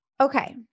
Okay